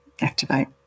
activate